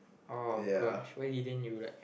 oh gosh why didn't you like